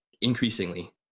increasingly